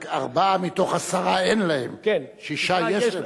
רק ארבעה מתוך עשרה אין להם, שישה יש להם.